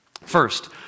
First